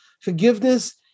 Forgiveness